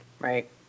right